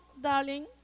darling